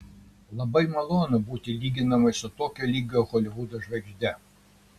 labai malonu būti lyginamai su tokio lygio holivudo žvaigžde